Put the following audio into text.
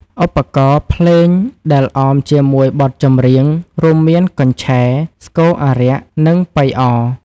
ឧបករណ៍ភ្លេងដែលអមជាមួយបទចម្រៀង រួមមានកញ្ឆែ ស្គរអារក្ស និងប៉ីអរ។